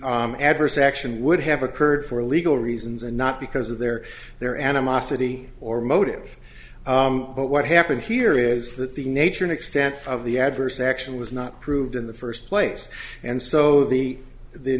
adverse action would have occurred for legal reasons and not because of their their animosity or motive but what happened here is that the nature and extent of the adverse action was not proved in the first place and so the the